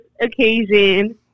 occasion